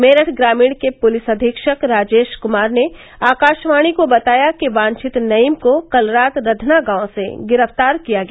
मेरठ ग्रामीण के पुलिस अधीक्षक राजेश कुमार ने आकाशवाणी को बताया कि वांछित नईम को कल रात रधना गांव से गिरफ्तार किया गया